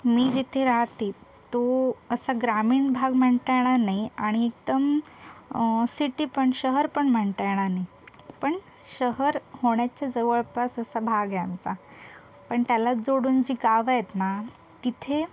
मी जिथे राहते तो असा ग्रामीण भाग म्हणता येणार नाही आणि एकदम सिटी पण शहर पण म्हणता येणार नाही पण शहर होण्याच्या जवळपास असा भाग आहे आमचा पण त्याला जोडून जी गावं आहेत ना तिथे